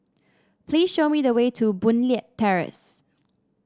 please show me the way to Boon Leat Terrace